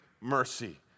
Mercy